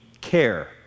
care